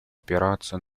опираться